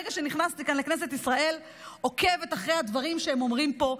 מהרגע שנכנסתי לכאן לכנסת ישראל אני עוקבת אחרי הדברים שהם אומרים פה.